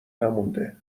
نمونده